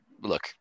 look